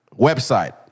website